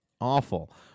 Awful